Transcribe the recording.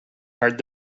hard